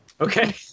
Okay